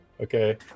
Okay